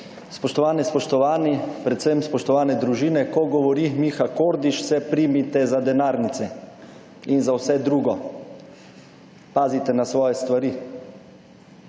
Spoštovane, spoštovani, predvsem spoštovane družine. Ko govori Miha Kordiš, se primite za denarnice in za vse drugo. Pazite na svoje stvari.